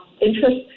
interest